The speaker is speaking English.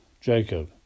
Jacob